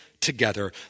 together